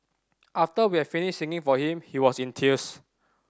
after we had finished singing for him he was in tears